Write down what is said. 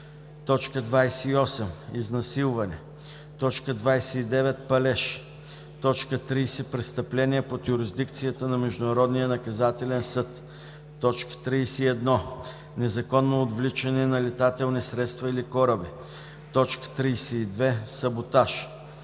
28. изнасилване; 29. палеж; 30. престъпления под юрисдикцията на Международния наказателен съд; 31. незаконно отвличане на летателни средства или кораби; 32. саботаж.